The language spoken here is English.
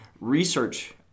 research